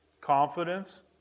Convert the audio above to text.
Confidence